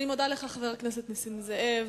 אני מודה לך, חבר הכנסת נסים זאב.